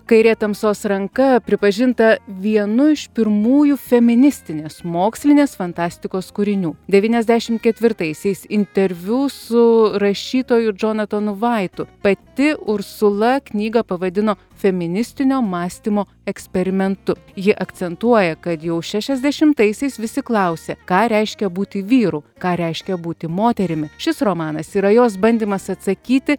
kairė tamsos ranka pripažinta vienu iš pirmųjų feministinės mokslinės fantastikos kūrinių devyniasdešimt ketvirtaisiais interviu su rašytoju džonatanu vaitu pati ursula knygą pavadino feministinio mąstymo eksperimentu ji akcentuoja kad jau šešiasdešimtaisiais visi klausė ką reiškia būti vyru ką reiškia būti moterimi šis romanas yra jos bandymas atsakyti